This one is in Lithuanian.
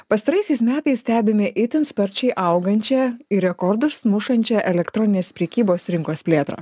pastaraisiais metais stebime itin sparčiai augančią ir rekordus mušančią elektroninės prekybos rinkos plėtrą